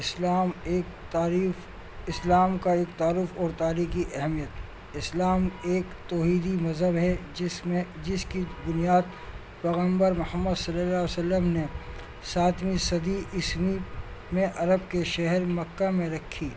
اسلام ایک تعریف اسلام کا ایک تعارف اور تاریخی اہمیت اسلام ایک توحیدی مذہب ہے جس میں جس کی بنیاد پیغمبر محمد صلی اللہ علیہ وسلم نے ساتویں صدی عیسوی میں عرب کے شہر مکہ میں رکھی